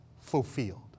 fulfilled